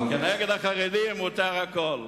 אבל כנגד החרדים מותר הכול,